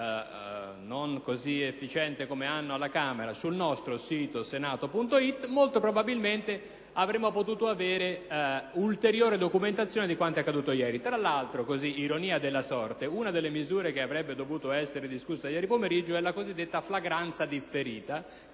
non così efficiente come quella della Camera, sul nostro sito «Senato.it», molto probabilmente avremmo potuto disporre di ulteriore documentazione su quanto accaduto ieri. Tra l'altro, ironia della sorte, una delle misure che avrebbe dovuto essere discussa ieri pomeriggio era la cosiddetta flagranza differita,